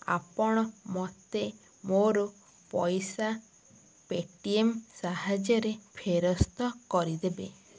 ଆପଣ ମୋତେ ମୋର ପଇସା ପେଟିଏମ୍ ସାହାଯ୍ୟରେ ଫେରସ୍ତ କରିଦେବେ